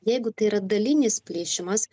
jeigu tai yra dalinis plyšimas